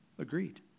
Agreed